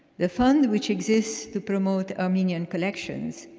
the fund, which exists to promote armenian collections,